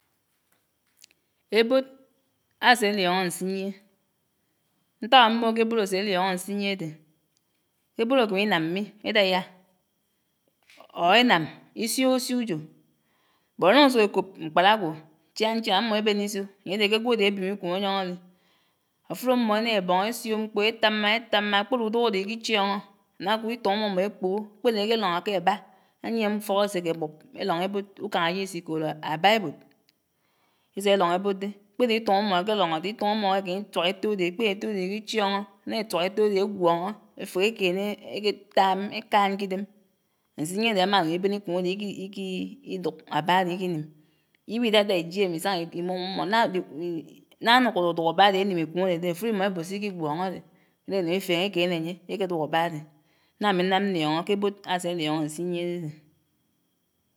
Ebod, ase aliongo ansiyie. Ntak amogò ke ebod ase aliongo ansinyie ade ke'bod ekemi inami edaya or enám isiogo sio ujo, bot enung esuk ekob mkpat agwo chiang chiang ammó ebenne iso, anye ade ke agwo ade abiom ikum anyong adi. Afud ammò ena eboñó, esio mkpõ, etamma, etamma. kpere uduk adé iki chioño, ana'kud itung ammomó ekpogo. Kpere ekelongo ke abâ. Anyie ufók eseke ebup elong ebod, ukañ ajid isi'köd abâ ebod. Ese elong ebod deh. mkpede itung ammó eke elongó deh, itung ammó ekeme ituak eto ade, akpede eto ade ik'ichiongó. Ená etwak etode egwongó, efeghe ekene, eke etaam, ekaan k'dem. Nsiyie ade amanung iben ikum ade iki iki duk abâ ade iki'nim, iwi idada ijiem isanga imum ammó nang anuko aduk abâ ade anim ikum ade'de, afud'imo ebod s'ki gwoñó ade, ena inung ifeñe ekene anye, eke duk abâ ade. Nanga ami nnam nniongó ke'bod ase liongo ansiyene adede.